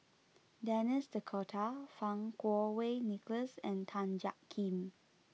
Denis D'Cotta Fang Kuo Wei Nicholas and Tan Jiak Kim